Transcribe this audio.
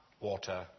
water